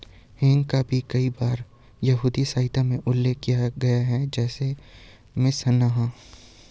हींग का भी कई बार यहूदी साहित्य में उल्लेख किया गया है, जैसे मिशनाह